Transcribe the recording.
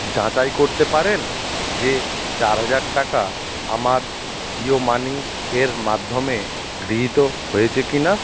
যাচাই করতে পারেন যে চার হাজার টাকা আমার জিও মানি এর মাধ্যমে গৃহীত হয়েছে কি না